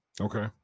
Okay